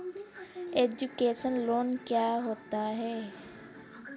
Education loan क्या होता है?